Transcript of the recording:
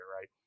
right